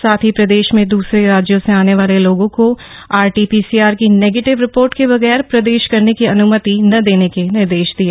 साथ ही प्रदेश में दसरे राज्यों से आने वाले लोगों को आरटी पीसीआर की नेगेटिव रिपोर्ट के बगैर प्रवेश करने की अन्मति न देने के निर्देश दिये